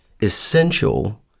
essential